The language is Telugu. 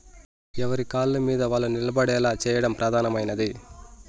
ఎవరి కాళ్ళమీద వాళ్ళు నిలబడేలా చేయడం ప్రధానమైనది